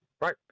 Right